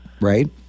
Right